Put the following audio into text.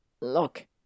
Look